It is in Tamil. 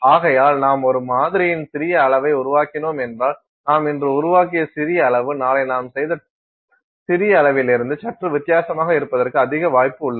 ஆகையால் நாம் ஒரு மாதிரியின் சிறிய அளவை உருவாக்கினோம் என்றால் நாம் இன்று உருவாக்கிய சிறிய அளவு நாளை நாம் செய்த சிறிய அளவிலிருந்து சற்று வித்தியாசமாக இருப்பதற்கு அதிக வாய்ப்பு உள்ளது